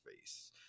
face